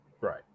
Right